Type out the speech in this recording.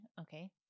okay